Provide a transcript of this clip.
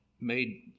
made